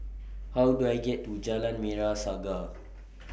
How Do I get to Jalan Merah Saga